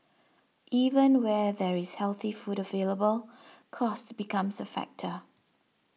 even where there is healthy food available cost becomes a factor